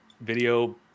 video